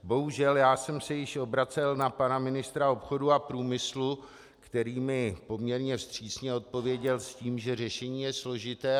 Bohužel já jsem se již obracel na pana ministra obchodu a průmyslu, který mi poměrně vstřícně odpověděl s tím, že řešení je složité.